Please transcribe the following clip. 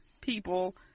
people